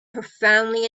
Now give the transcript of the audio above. profoundly